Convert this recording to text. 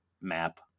map